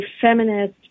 feminist